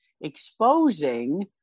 exposing